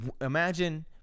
imagine